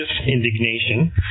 Indignation